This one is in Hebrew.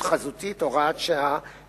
נוספת את תוקפו של החוק שנחקק כהוראת שעה בשנת